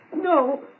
No